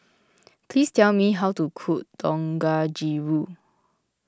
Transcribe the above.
please tell me how to cook Dangojiru